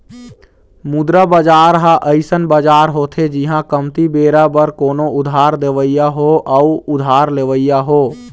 मुद्रा बजार ह अइसन बजार होथे जिहाँ कमती बेरा बर कोनो उधार देवइया हो अउ उधार लेवइया हो